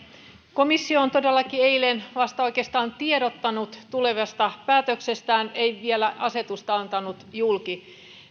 komissio on todellakin eilen vasta oikeastaan tiedottanut tulevasta päätöksestään ei vielä asetusta antanut julki